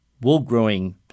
wool-growing